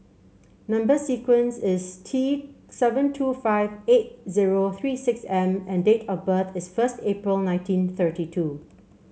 number sequence is T seven two five eight zero three six M and date of birth is first April nineteen thirty two